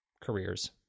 careers